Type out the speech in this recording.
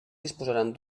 disposaran